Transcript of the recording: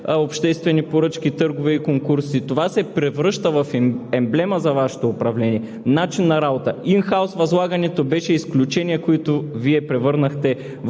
обществени поръчки, търгове и конкурси. Това се превръща в емблема за Вашето управление, начин на работа. Инхаус възлагането беше изключение, което Вие превърнахте